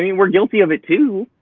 i mean we're guilty of it, too.